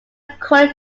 according